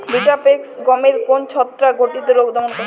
Vitavax গমের কোন ছত্রাক ঘটিত রোগ দমন করে?